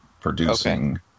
producing